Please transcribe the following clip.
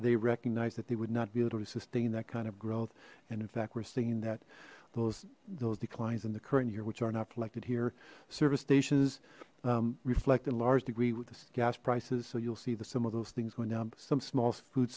they recognized that they would not be able to sustain that kind of growth and in fact we're saying that those those declines in the current year which are not collected here service stations reflect a large degree with the gas prices so you'll see the some of those things going down some small food